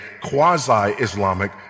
quasi-Islamic